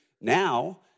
Now